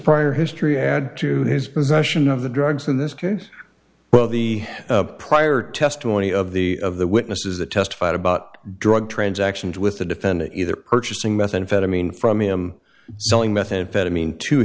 prior history had to his possession of the drugs in this case well the prior testimony of the of the witnesses that testified about drug transactions with the defendant either purchasing methamphetamine from him selling methamphetamine to